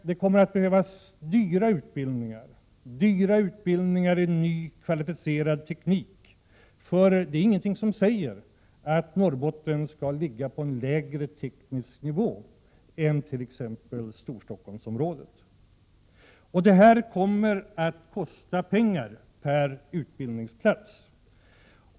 Det kommer att behövas dyra utbildningar i ny och kvalificerad teknik, för ingenting säger att Norrbotten skall ligga på en lägre teknisk nivå än t.ex. Storstockholmsområdet. Det kommer också att kosta pengar per utbildningsplats.